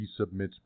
Resubmits